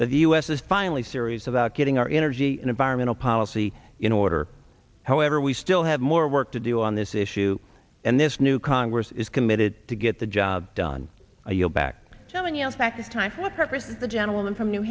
that the u s is finally serious about getting our energy and environmental policy in order however we still have more work to do on this issue and this new congress is committed to get the job done i yield back telling you that the time the gentleman from new